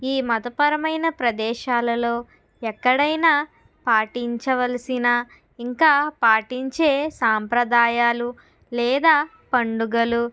ఈ మతపరమైన ప్రదేశాలలో ఎక్కడైనా పాటించవలసిన ఇంకా పాటించే సాంప్రదాయాలు లేదా పండుగలు